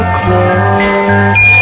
close